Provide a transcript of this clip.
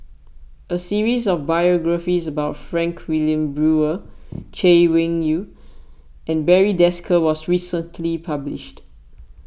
a series of biographies about Frank Wilmin Brewer Chay Weng Yew and Barry Desker was recently published